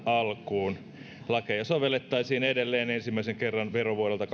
alkuun lakeja sovellettaisiin edelleen ensimmäisen kerran verovuodelta